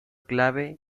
clave